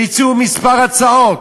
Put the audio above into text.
והציעו כמה הצעות,